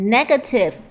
Negative